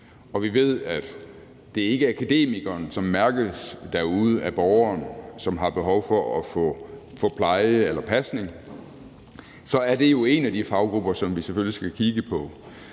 og vi ved, at det ikke er akademikerne, som mærkes derude af borgeren, som har behov for at få pleje eller pasning, så er det jo en af de faggrupper, som vi selvfølgelig skal kigge på.